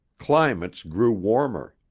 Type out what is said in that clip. climates grew warmer.